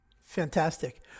Fantastic